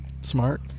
Smart